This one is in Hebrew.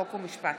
חוק ומשפט.